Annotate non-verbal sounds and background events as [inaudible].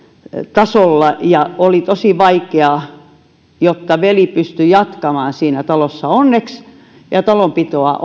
tasolla oli tosi vaikeaa ja jotta veli pystyi jatkamaan siinä talossa ja talonpitoa [unintelligible]